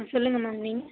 சொல்லுங்கள் மேம் நீங்கள்